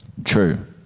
True